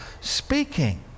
speaking